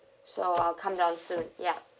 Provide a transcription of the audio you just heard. so I'll come down soon ya